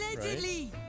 Allegedly